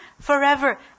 forever